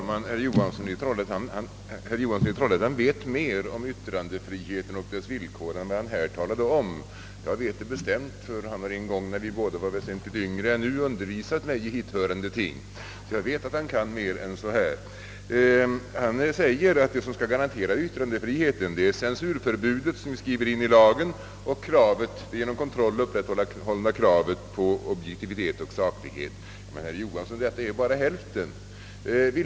Herr talman! Herr Johansson i Trollhättan vet mer om yttrandefriheten och dess villkor än han här talade om; jag vet det bestämt, eftersom han en gång när vi båda var väsentligt yngre än nu undervisade mig i hithörande ting. Han sade att det som skall garantera yttrandefriheten är det censurförbud som vi skriver in i lagen samt det genom kontroll upprätthållna kravet på objektivitet och saklighet. Men, herr Jo hansson, det är ju bara halva sanningen!